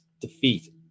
defeat